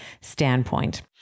standpoint